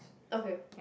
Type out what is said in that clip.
okay